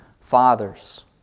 fathers